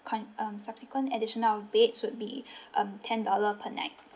con~ um subsequent additional of beds would be um ten dollar per night